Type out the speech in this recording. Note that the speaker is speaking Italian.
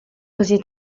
così